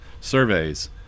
surveys